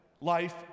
life